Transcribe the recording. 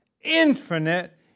infinite